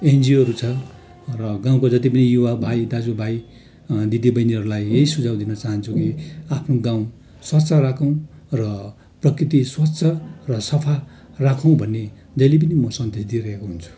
एनजिओहरू छ र गाउँको जति पनि युवा भाइ दाजु भाइ दिदी बहिनीहरूलाई यही सुझाउ दिन चाहन्छु कि आफ्नो गाउँ स्वच्छ राखौँ र प्रकृति स्वच्छ र सफा राखौँ भन्ने जहिले पनि म सन्देश दिइरहेको हुन्छु